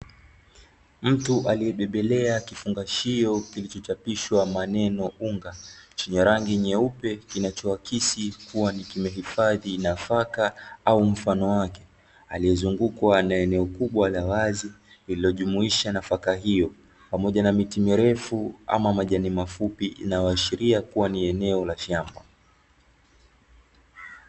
Mtu aliyebebelea kifungashio, kilichochapishwa maneno unga, chenye rangi nyeupe kinachoakisi kuwa ni kimehifadhi nafaka au mfano wake, aliyezungukwa na eneo kubwa la wazi lililojumuisha nafaka hiyo pamoja na miti mirefu ama majani mafupi inaoashiria kuwa ni eneo la shamba.